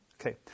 Okay